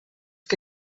que